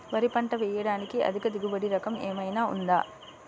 వరి పంట వేయటానికి అధిక దిగుబడి రకం ఏమయినా ఉందా?